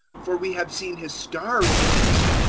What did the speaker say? for we have seen his star in the east,